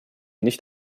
nicht